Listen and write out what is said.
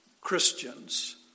Christians